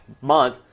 month